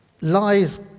lies